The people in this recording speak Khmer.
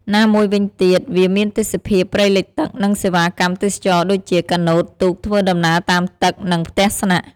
ណាមួយវិញទៀត វាមានទេសភាពព្រៃលិចទឹក និងសេវាកម្មទេសចរណ៍ដូចជា កាណូត ទូក ធ្វើដំណើរតាមទឹក និងផ្ទះស្នាក់។